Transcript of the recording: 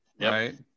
right